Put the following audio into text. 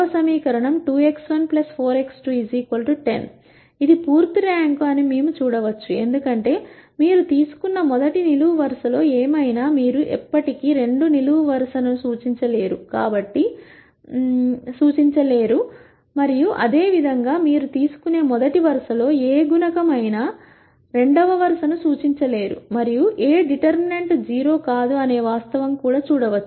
ఇది పూర్తి ర్యాంక్ అని మేము చూడవచ్చు ఎందుకంటే మీరు తీసుకున్న మొదటి నిలువు వరుసలో ఏమైనా మీరు ఎప్పటి కీ రెండవ నిలువు వరుస ను సూచించలేరు మరియు అదేవిధంగా మీరు తీసుకొనే మొదటి వరుసలో ఏ గుణకం అయినా రెండవ వరుస ను సూచించలేరు మరియు A డిటర్మినెంట్ 0 కాదు అనే వాస్తవం కూడా చూడవచ్చు